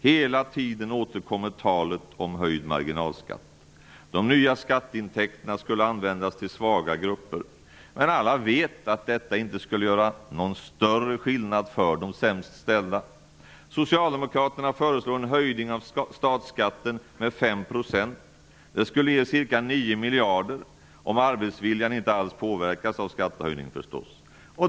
Hela tiden återkommer talet om höjd marginalskatt. De nya skatteintäkterna skulle användas till ''svaga'' grupper. Men alla vet att detta inte skulle göra någon större skillnad för de sämst ställda. Socialdemokraterna föreslår en höjning av statsskatten med 5 %. Det skulle ge ca 9 miljarder, om arbetsviljan inte alls påverkas av skattehöjningen förstås.